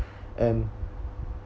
and